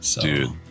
Dude